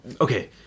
Okay